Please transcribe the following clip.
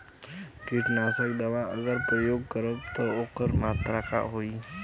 कीटनाशक दवा अगर प्रयोग करब त ओकर मात्रा का होई?